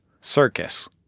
circus